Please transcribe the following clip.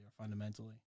fundamentally